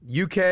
UK